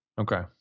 Okay